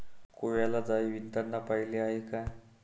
कोळ्याला जाळे विणताना पाहिले आहे का?